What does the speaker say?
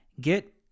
Get